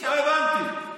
לא הבנתי.